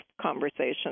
conversation